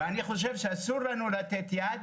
ואני חושב שאסור לנו לתת יד,